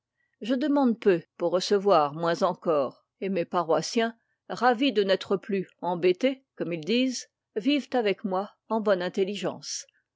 je demande peu pour recevoir moins encore et mes paroissiens ravis de n'être plus ennuyés comme ils disent vivent avec moi en bonne intelligence